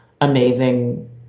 amazing